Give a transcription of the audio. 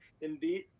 Indeed